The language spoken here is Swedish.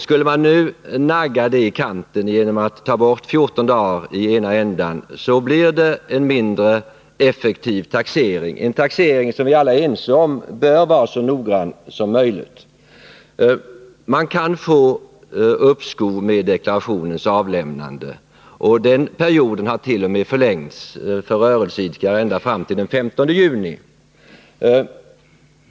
Skulle man nu nagga taxeringsperioden i kanten genom att ta bort 14 dagar i ena änden, så skulle det bli en mindre effektiv taxering. Vi är alla ense om att taxeringen bör vara så noggrann som möjligt. Man kan få uppskov med deklarationens avlämnande, och den perioden hart.o.m. förlängts för rörelseidkare ända fram till den 15 juni.